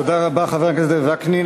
תודה רבה, חבר הכנסת וקנין.